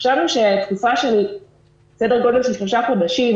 חשבנו שתקופה של סדר גודל של שלושה חודשים